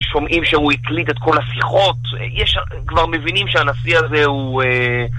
שומעים שהוא הקליט את כל השיחות, יש... כבר מבינים שהנשיא הזה הוא אה...